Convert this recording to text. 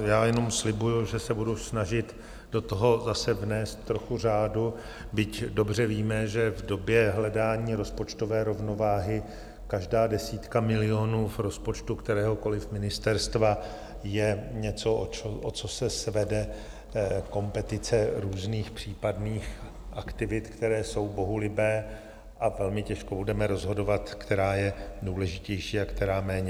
Já jenom slibuji, že se budu snažit do toho zase vnést trochu řádu, byť dobře víme, že v době hledání rozpočtové rovnováhy každá desítka milionů v rozpočtu kteréhokoliv ministerstva je něco, o co se svede kompetice různých případných aktivit, které jsou bohulibé a velmi těžko budeme rozhodovat, která je důležitější a která méně.